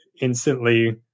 instantly